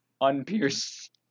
unpierced